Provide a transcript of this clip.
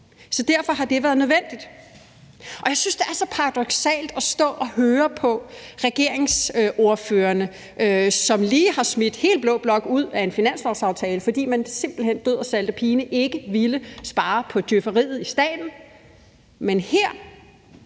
Så derfor har det været nødvendigt, og jeg synes, det er så paradoksalt at stå og høre på regeringsordførerne, når man lige har smidt hele blå blok ud af en finanslovsaftale, fordi man simpelt hen død og salte pine ikke ville spare på djøfferiet i staten, men når